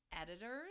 editors